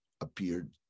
appeared